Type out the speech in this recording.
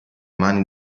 mani